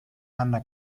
anna